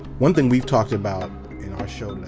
one thing we've talked about in our show.